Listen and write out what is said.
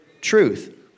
Truth